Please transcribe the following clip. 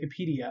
Wikipedia